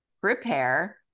Prepare